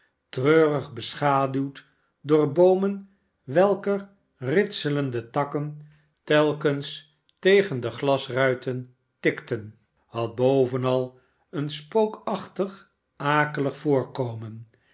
treurig beschaduwd door boomen welker ritselende takken telkens tegen de glasruiten tikten had bovenal een spookachtig akelig voorkomen